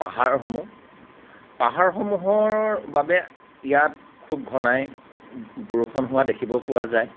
পাহাৰসমূহ পাহাৰ সমুহৰ বাবে ইয়াত খুব ঘনাই বৰষুণ হোৱা দেখিব পোৱা যায়